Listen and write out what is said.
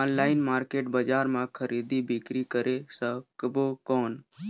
Online market बजार मां खरीदी बीकरी करे सकबो कौन?